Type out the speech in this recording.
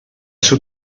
ser